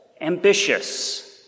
Ambitious